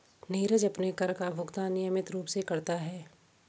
नीरज अपने कर का भुगतान नियमित रूप से करता है